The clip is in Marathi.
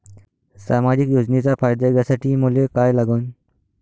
सामाजिक योजनेचा फायदा घ्यासाठी मले काय लागन?